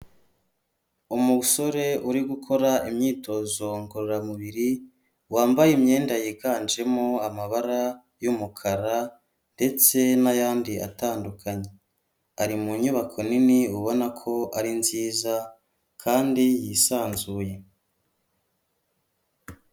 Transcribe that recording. Umusore uri gukora imyitozo ngororamubiri, wambaye imyenda yiganjemo amabara y'umukara ndetse n'ayandi atandukanye. Ari mu nyubako nini, ubona ko ari nziza kandi yisanzuye.